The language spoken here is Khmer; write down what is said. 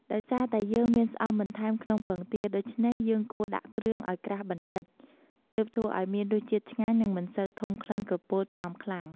ដោយសារតែយើងមានស្អំបន្ថែមក្នុងពងទា ដូច្នេះយើងគួរដាក់គ្រឿងឱ្យក្រាស់បន្តិច ទើបធ្វើឱ្យមានរសជាតិឆ្ងាញ់ និងមិនសូវធំក្លិនក្រពុលស្អំខ្លាំង។